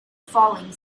falling